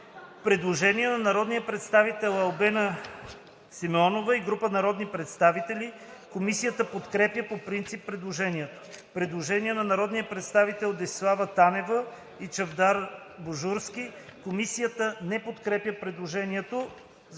Предложение на народния представител Албена Симеонова и група народни представители. Комисията подкрепя по принцип предложението. Предложение на народния представител Десислава Танева и Чавдар Божурски. Комисията не подкрепя предложението.